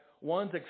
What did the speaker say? one's